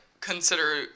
consider